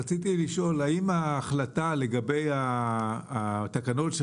רציתי לשאול האם ההחלטה לגבי התקנות של